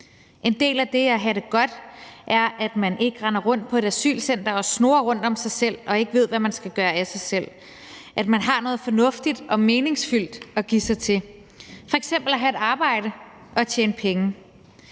En del af det at have det godt er, at man ikke render rundt på et asylcenter og snurrer rundt om sig selv og ikke ved, hvad man skal gøre af sig selv – at man har noget fornuftigt og meningsfyldt at give sig til, f.eks. at have et arbejde og tjene penge.